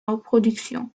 reproduction